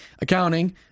accounting